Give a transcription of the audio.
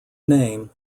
name